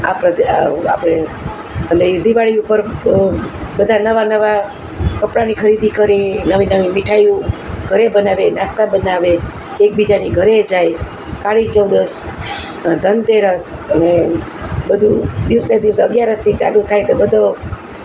આપણે અટલે એ દિવાળી ઉપર બધાય નવા નવા કપડાની ખરીદી કરે નવી નવી મીઠાઈઓ ઘરે બનાવે નાસ્તા બનાવે એકબીજાની ઘરે જાય કાળી ચૌદસ ધન તેરસ અને બધું દિવસે દિવસે અગયારસથી ચાલુ થાય એટલે બધો